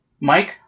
Mike